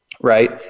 Right